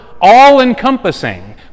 all-encompassing